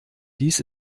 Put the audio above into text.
dies